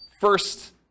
first